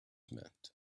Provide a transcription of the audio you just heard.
meant